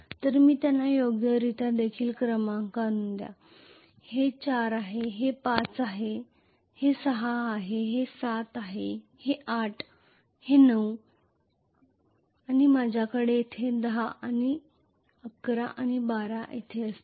तर त्यांना योग्य रितीने देखील क्रमांकावर आणू या हे 4 आहे 5 हे 6 आहे हे 7 हे 8 हे 9 आहे आणि माझ्याकडे येथे 10 आणि 11 आणि 12 येथे असतील